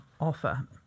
offer